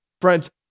Friends